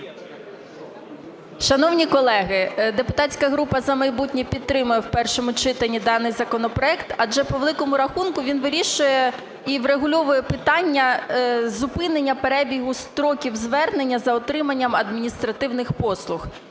Шановні колеги, депутатська група "За майбутнє" підтримає в першому читанні даний законопроект. Адже, по великому рахунку, він вирішує і врегульовує питання зупинення перебігу строків звернення за отриманням адміністративних послуг